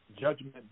judgment